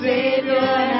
Savior